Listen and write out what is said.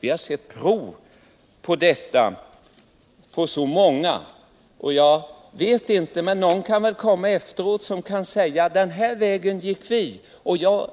Vi har sett prov på detta hos många. Någon efter mig i debatten kan kanske säga: Den här vägen gick vi. Jag